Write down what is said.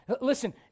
listen